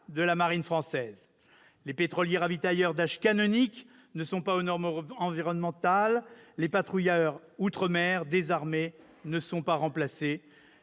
de la marine française. Les pétroliers ravitailleurs, d'âge canonique, ne sont pas aux normes environnementales, les patrouilleurs outre-mer, désarmés, ne sont pas remplacés